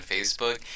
Facebook